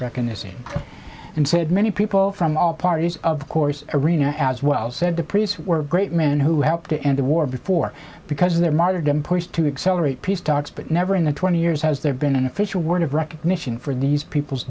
scene and said many people from all parties of course arena as well said the priest were great men who helped to end the war before because of their martyrdom push to accelerate peace talks but never in the twenty years has there been an official word of recognition for these people's